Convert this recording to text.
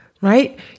right